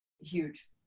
huge